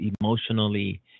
emotionally